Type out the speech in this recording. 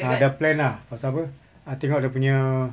ah dah plan ah pasal apa ah tengok dia punya